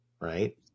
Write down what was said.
right